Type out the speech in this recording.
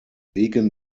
wegen